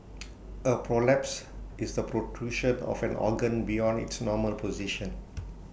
A prolapse is the protrusion of an organ beyond its normal position